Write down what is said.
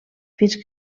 fins